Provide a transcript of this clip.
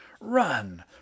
Run